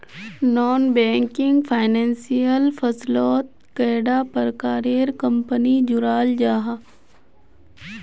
Non banking financial फसलोत कैडा प्रकारेर कंपनी जुराल जाहा?